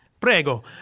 Prego